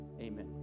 Amen